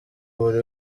buri